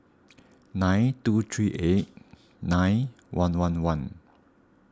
nine two three eight nine one one one